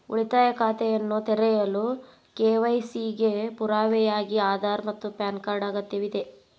ಉಳಿತಾಯ ಖಾತೆಯನ್ನು ತೆರೆಯಲು ಕೆ.ವೈ.ಸಿ ಗೆ ಪುರಾವೆಯಾಗಿ ಆಧಾರ್ ಮತ್ತು ಪ್ಯಾನ್ ಕಾರ್ಡ್ ಅಗತ್ಯವಿದೆ